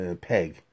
peg